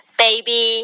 baby